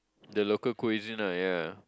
the local cuisine right ya